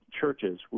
churches